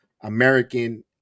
American